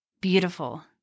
beautiful